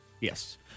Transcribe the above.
Yes